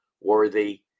worthy